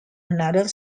another